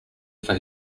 for